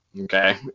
Okay